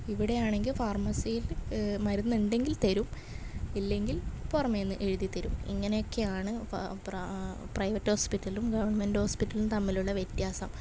ഇവിടെയാണെങ്കിൽ ഫാർമസീൽ മരുന്നുണ്ടെങ്കിൽ തരും ഇല്ലങ്കിൽ പുറമേന്ന് എഴ്തിത്തരും ഇങ്ങനേക്കെയാണ് പ്രാ പ്രൈവറ്റോസ്പിറ്റലും ഗവണ്മെൻറ്റ് ഹോസ്പിറ്റലും തമ്മിലുള്ള വ്യത്യാസം